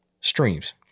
streams